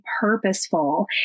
purposeful